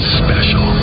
special